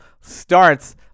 starts